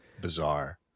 bizarre